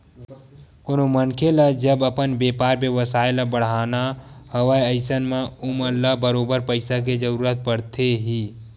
कोनो मनखे ल जब अपन बेपार बेवसाय ल बड़हाना हवय अइसन म ओमन ल बरोबर पइसा के जरुरत पड़थे ही